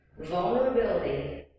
Vulnerability